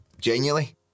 Genuinely